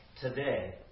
Today